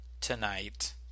tonight